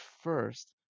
first